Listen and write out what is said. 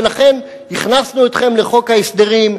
ולכן הכנסנו אתכם לחוק ההסדרים.